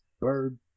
bird